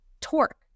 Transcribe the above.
torque